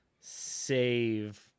save